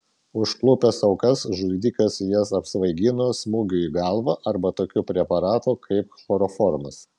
užklupęs aukas žudikas jas apsvaigino smūgiu į galvą arba tokiu preparatu kaip chloroformas